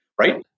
right